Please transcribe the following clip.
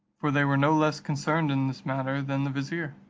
for they were no less concerned in this matter than the vizier.